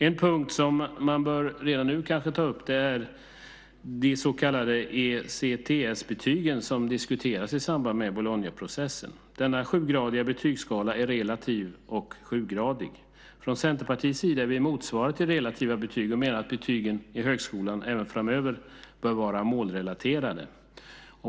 En punkt som man kanske redan nu bör ta upp är de så kallade ECTS-betygen som diskuteras i samband med Bolognaprocessen. Denna betygsskala är relativ och sjugradig. Från Centerpartiets sida är vi motståndare till relativa betyg och menar att betygen i högskolan även framöver bör vara målrelaterade.